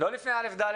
לא לפני א'-ד'